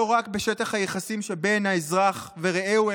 לא רק בשטח היחסים שבין האזרח ורעהו,